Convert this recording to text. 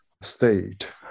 state